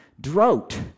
drought